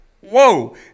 whoa